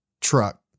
truck